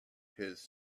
his